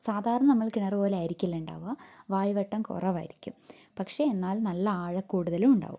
സാധാരണ നമ്മൾ കിണറുപോലെ ആയിരിക്കില്ല ഉണ്ടാവുക വായ്വട്ടം കുറവായിരിക്കും പക്ഷേ എന്നാൽ നല്ല ആഴക്കൂടുതലും ഉണ്ടാവും